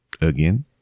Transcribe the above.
Again